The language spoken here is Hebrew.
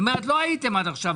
זאת אומרת, לא הייתם עד עכשיו.